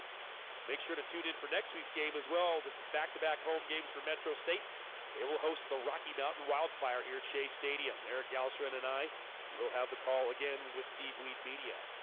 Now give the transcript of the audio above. make sure to tune in for next week's game as well. this is back-to-back home games for metro state they'll host the rocky mountain wildfire here at shea stadium erik gowen and i will have the call again with steve weed media